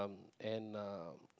um and uh